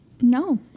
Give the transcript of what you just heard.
No